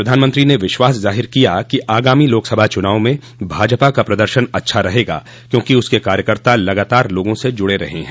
प्रधानमंत्री ने विश्वास ज़ाहिर किया कि आगामी लोकसभा चुनाव में भाजपा का प्रदर्शन अच्छा रहेगा क्योंकि उसके कार्यकर्ता लगातार लोगों से जुड़े रहे हैं